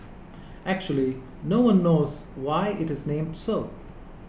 actually no one knows why it is named so